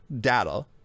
data